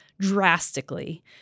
drastically